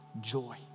joy